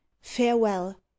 farewell